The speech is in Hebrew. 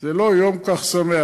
זה לא יום כל כך שמח.